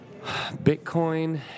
Bitcoin